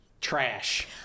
trash